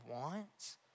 wants